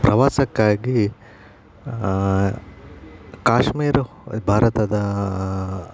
ಪ್ರವಾಸಕ್ಕಾಗಿ ಕಾಶ್ಮೀರ್ ಭಾರತದ